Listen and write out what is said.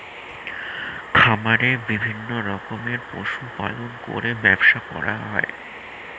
খামারে বিভিন্ন রকমের পশু পালন করে ব্যবসা করা হয়